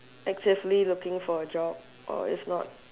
actively looking for a job or is not